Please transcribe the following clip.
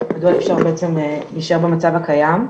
מדוע אי אפשר בעצם להישאר במצב הקיים.